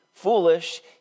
Foolish